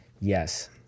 Yes